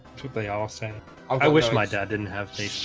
took they are saying i wish my dad didn't have